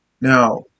Now